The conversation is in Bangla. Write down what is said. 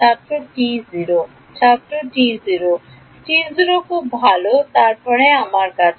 ছাত্র T 0 ছাত্র T 0 খুব ভাল এবং তারপর আমার আছে